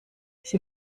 sie